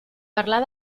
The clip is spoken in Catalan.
parlar